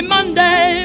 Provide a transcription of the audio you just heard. Monday